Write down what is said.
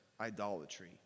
idolatry